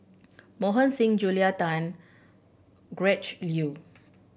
Mohan Singh Julia Tan Gretchen Liu